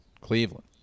Cleveland